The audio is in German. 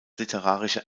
literarische